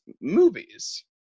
movies